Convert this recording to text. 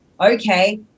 okay